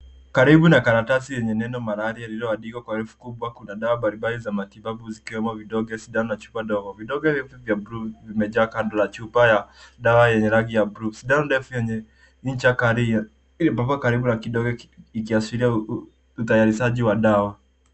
Karibu na karatasi yenye neno Malaria iliyoandikwa kwa herufi kubwa kuna dawa mbalimbali zikiwemo vidonge, sindano na chupa ndogo. Vidonge hivi vya bluu vimejaa kando ya chupa ya dawa yenye rangi ya bluu. Sindano ndefu yenye ncha kali imewekwa karibu na kidole ikiashiria utayarishaji wa dawa.